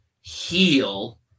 heal